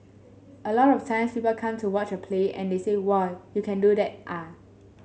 a lot of times people come to watch a play and they say whoa you can do that ah